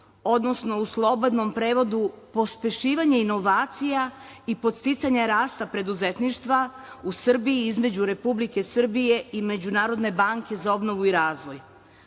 odnosno u slobodnom prevodu pospešivanje inovacija i podsticanja rasta preduzetništva u Srbiji, između Republike Srbije i Međunarodne banke za obnovu i